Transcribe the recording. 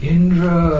Indra